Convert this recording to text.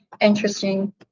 interesting